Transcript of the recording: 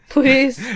Please